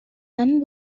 and